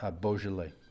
Beaujolais